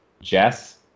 Jess